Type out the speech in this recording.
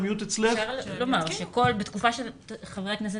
בתקופה שחברי הכנסת